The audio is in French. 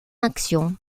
action